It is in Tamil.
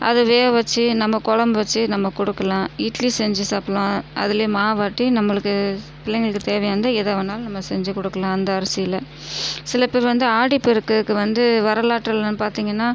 அதை வேக வச்சு நம்ப குழம்பு வச்சு நம்ம கொடுக்கலாம் இட்லி செஞ்சு சாப்பிடலாம் அதில் மாவாட்டி நம்மளுக்கு பிள்ளைங்களுக்கு தேவையானது எதை வேணுனாலும் நம்ம செஞ்சு கொடுக்கலாம் அந்த அரிசியில் சில பேர் வந்து ஆடி பெருக்குக்கு வந்து வரலாற்றுலாம் பார்த்திங்கன்னா